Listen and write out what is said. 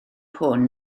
hwn